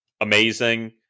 amazing